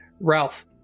Ralph